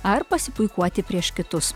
ar pasipuikuoti prieš kitus